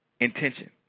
intention